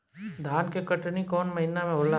धान के कटनी कौन महीना में होला?